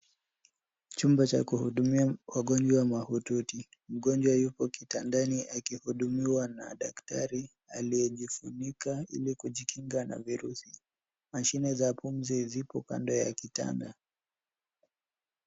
Chumba cha kuhudumia wagonjwa mahututi. Mgonjwa yuko kitandani akihudumiwa na daktari aliyejifunika ili kujikinga na virusi. Mashine za pumzi ziko kando ya kitanda.